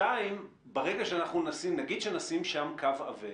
שנית, נגיד שנשים שם קו עבה